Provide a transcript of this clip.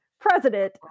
president